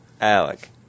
Alec